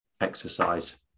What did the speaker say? exercise